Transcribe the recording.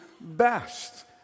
best